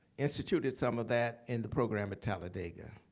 instituted some of that in the program at talladega.